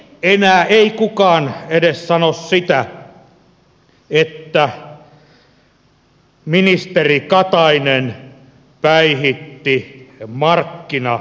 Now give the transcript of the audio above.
enää ei kukaan edes sano sitä että ministeri katainen päihitti markkinavoimat